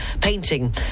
painting